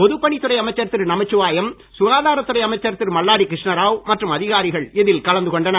பொதுப் பணித்துறை அமைச்சர் திரு நமச்சிவாயம் சுகாதார துறை அமைச்சர் திரு மல்லாடிகிருஷ்ணராவ் மற்றும் அதிகாரிகள் இதில் கலந்து கொண்டனர்